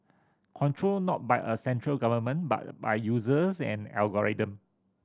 controlled not by a central government but by users and algorithm